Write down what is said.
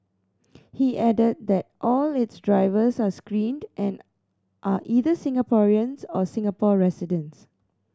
he added that all its drivers are screened and are either Singaporeans or Singapore residents